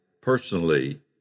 personally